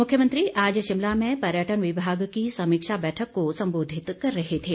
मुख्यमंत्री आज शिमला में पर्यटन विभाग की समीक्षा बैठक को संबोधित कर रहे थे